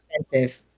expensive